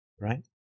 right